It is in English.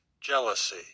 jealousy